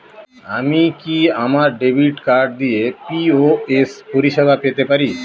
আমি কি আমার ডেবিট কার্ড দিয়ে পি.ও.এস পরিষেবা পেতে পারি?